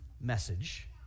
message